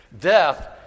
Death